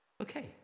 Okay